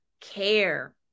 care